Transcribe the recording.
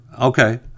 okay